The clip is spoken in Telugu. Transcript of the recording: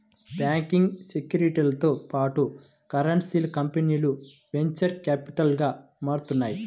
బ్యాంకింగ్, సెక్యూరిటీలతో పాటు కన్సల్టెన్సీ కంపెనీలు వెంచర్ క్యాపిటల్గా మారుతున్నాయి